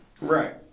Right